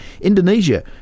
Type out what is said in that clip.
Indonesia